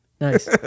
nice